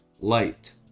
light